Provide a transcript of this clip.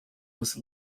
was